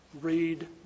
Read